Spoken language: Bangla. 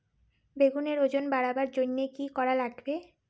বেগুনের ওজন বাড়াবার জইন্যে কি কি করা লাগবে?